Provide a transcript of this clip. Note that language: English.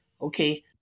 Okay